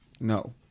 No